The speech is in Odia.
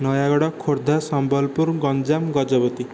ନୟାଗଡ଼ ଖୋର୍ଦ୍ଧା ସମ୍ବଲପୁର ଗଞ୍ଜାମ ଗଜପତି